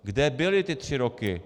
Kde byli ty tři roky?